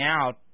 out